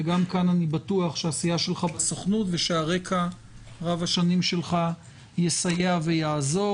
גם כאן אני בטוח שהעשייה שלך בסוכנות ושהרקע רב השנים שלך יסייע ויעזור.